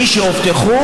מי שאובטחו,